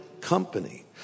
company